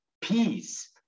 peace